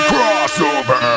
Crossover